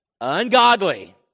ungodly